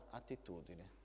attitudine